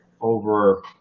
over